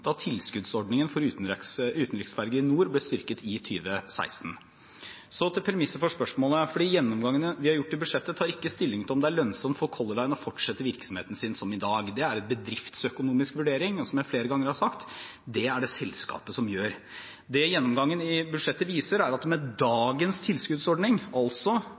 da tilskuddsordningen for utenriksferger i NOR ble styrket i 2016. Så til premisset for spørsmålet. Gjennomgangen vi har gjort i budsjettet, tar ikke stilling til om det lønnsomt for Color Line å fortsette virksomheten sin som i dag. Det er en bedriftsøkonomisk vurdering, og – som jeg flere ganger har sagt – den er det selskapet som gjør. Det gjennomgangen i budsjettet viser, er at det med dagens tilskuddsordning, altså